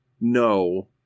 no